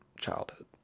childhood